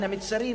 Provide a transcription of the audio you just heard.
בין המצרים,